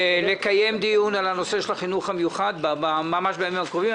לקיים דיון על נושא החינוך המיוחד ממש בימים הקרובים.